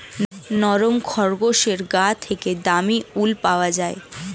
নরম খরগোশের গা থেকে দামী উল পাওয়া যায়